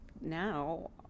now